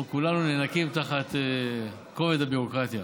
אנחנו כולנו נאנקים תחת כובד הביורוקרטיה,